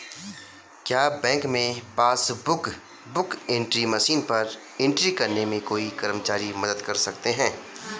क्या बैंक में passbook book entry machine पर एंट्री करने में कोई कर्मचारी मदद कर सकते हैं?